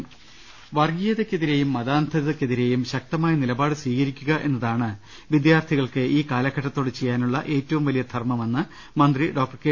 ്്്്്് വർഗ്ഗീയതയ്ക്കെതിരെയും മതാന്ധതയ്ക്കെതിരെയും ശക്തമായ നിലപാട് സ്വീകരിക്കുക എന്നതാണ് വിദ്യാർത്ഥികൾക്ക് ഈ കാലഘട്ടത്തോട് ചെയ്യുവാനുള്ള ഏറ്റവും വലിയ ധർമ്മമെന്ന് മന്ത്രി ഡോക്ടർ കെ